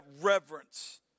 reverence